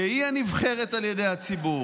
שהיא הנבחרת על ידי הציבור,